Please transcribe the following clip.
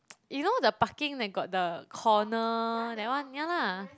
you know the parking that got the corner that one ya lah